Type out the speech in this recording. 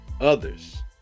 others